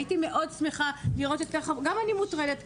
הייתי מאוד שמחה לראות יותר חברות כנסת,